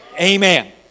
Amen